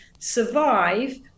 survive